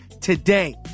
today